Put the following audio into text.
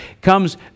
comes